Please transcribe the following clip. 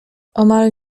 omal